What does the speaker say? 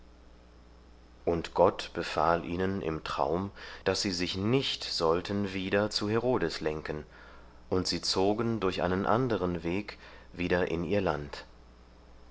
und gott befahl ihnen im traum daß sie sich nicht sollten wieder zu herodes lenken und sie zogen durch einen anderen weg wieder in ihr land